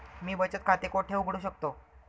मी बचत खाते कोठे उघडू शकतो?